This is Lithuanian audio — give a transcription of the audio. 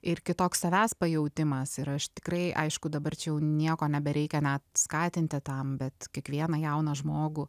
ir kitoks savęs pajautimas ir aš tikrai aišku dabar čia jau nieko nebereikia net skatinti tam bet kiekvieną jauną žmogų